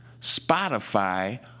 Spotify